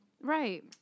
Right